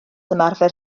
ymarfer